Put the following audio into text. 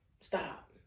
Stop